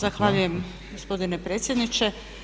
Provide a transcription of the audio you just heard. Zahvaljujem gospodine predsjedniče.